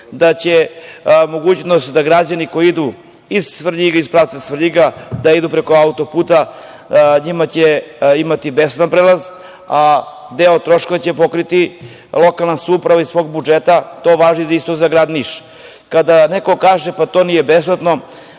da će mogućnost da građani koji idu iz Svrljiga iz pravca Svrljiga da idu preko autoputa. Njima će imati besplatan prelaz, a deo troškova će pokriti lokalna samouprava iz svog budžeta. To važi isto za grad Niš. Kada neko kaže - pa to nije besplatno,